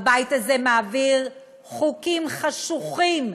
הבית הזה מעביר חוקים חשוכים,